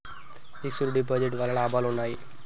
Fix డ్ deposit వల్ల లాభాలు ఉన్నాయి?